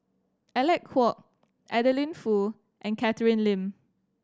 Alec Kuok Adeline Foo and Catherine Lim